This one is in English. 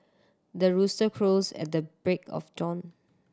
the rooster crows at the break of dawn